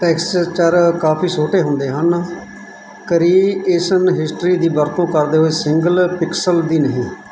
texture ਕਾਫ਼ੀ ਛੋਟੇ ਹੁੰਦੇ ਹਨ ਕ੍ਰੀਏਸ਼ਨ ਹਿਸਟਰੀ ਦੀ ਵਰਤੋਂ ਕਰਦੇ ਹੋਏ ਸਿੰਗਲ ਪਿਕਸਲ ਦੀ ਨਹੀਂ